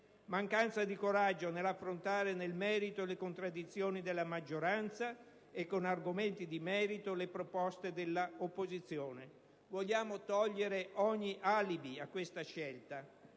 Mancanza di coraggio nell'affrontare nel merito le contraddizioni della maggioranza e con argomenti di merito le proposte dell'opposizione. Vogliamo togliere ogni alibi a questa scelta.